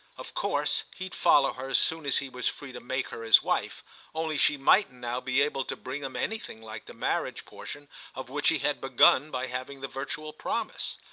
of course he'd follow her as soon as he was free to make her his wife only she mightn't now be able to bring him anything like the marriage-portion of which he had begun by having the virtual promise.